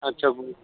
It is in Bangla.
আচ্ছা